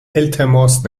التماس